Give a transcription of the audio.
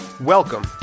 Welcome